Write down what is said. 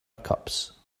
cups